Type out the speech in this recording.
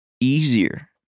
easier